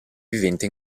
vivente